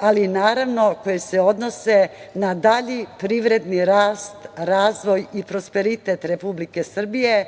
ali naravno koji se odnose na dalji privredni rast, razvoj i prosperitet Republike Srbije